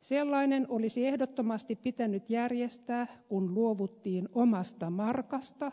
sellainen olisi ehdottomasti pitänyt järjestää kun luovuttiin omasta markasta